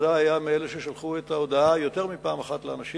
בוודאי היה מאלה ששלחו את ההודעה יותר מפעם אחת לאנשים.